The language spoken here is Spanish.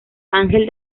angel